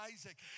Isaac